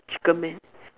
chicken man